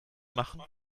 machen